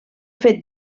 fet